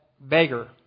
beggar